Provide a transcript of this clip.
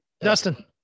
dustin